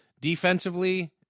Defensively